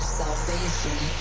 salvation